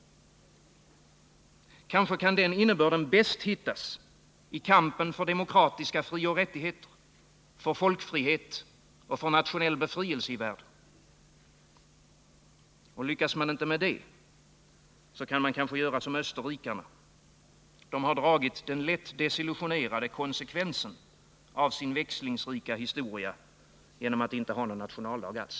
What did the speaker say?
Kanske kan den innebörden bäst hittas i kampen för demokratiska frioch rättigheter, för folkfrihet och för nationell befrielse i världen. Lyckas man inte med det, kan man kanske göra som österrikarna. De har dragit den lätt desillusionerade konsekvensen av sin växlingsrika historia genom att inte ha någon nationaldag alls.